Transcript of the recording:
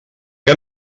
que